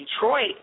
Detroit